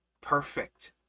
perfect